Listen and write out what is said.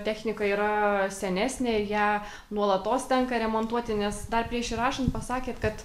technika yra senesnė ją nuolatos tenka remontuoti nes dar prieš įrašant pasakėt kad